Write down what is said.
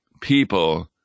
people